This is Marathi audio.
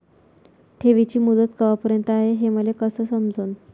ठेवीची मुदत कवापर्यंत हाय हे मले कस समजन?